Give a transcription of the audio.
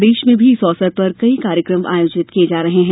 प्रदेश में भी इस अवसर कई कार्यक्रम आयोजित किये जा रहे हैं